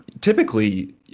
typically